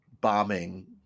bombing